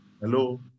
Hello